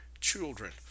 children